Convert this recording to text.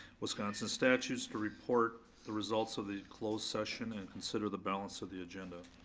wisconsin statues, to report the results of the closed session and consider the balance of the agenda.